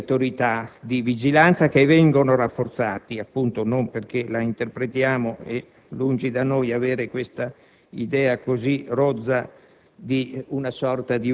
ai poteri dell'Autorità di vigilanza che vengono rafforzati, appunto, non certo perché la interpretiamo - e lungi da noi avere questa idea così rozza